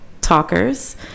talkers